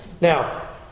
Now